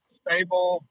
stable